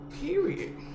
Period